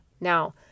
Now